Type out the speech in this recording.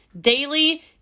Daily